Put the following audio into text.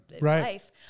life